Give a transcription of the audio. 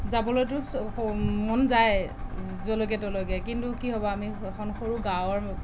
যাবলৈতো মন যায়ে য'লৈকে ত'লৈকে কিন্তু কি হ'ব আমি এখন সৰু গাঁৱৰ